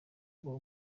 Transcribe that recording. kuba